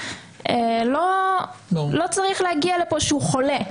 לא צריך להגיע לפה כשהוא חולה.